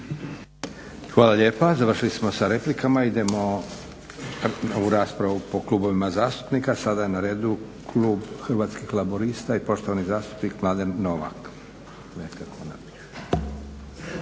Hvala lijepa. Završili smo s replikama. Idemo na raspravu po klubovima zastupnika. Sada je na redu Klub Hrvatskih laburista i poštovani zastupnik Mladen Novak.